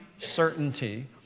certainty